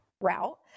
route